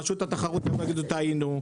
רשות התחרות יגידו "טעינו".